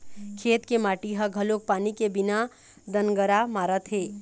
खेत के माटी ह घलोक पानी के बिना दनगरा मारत हे